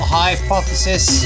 hypothesis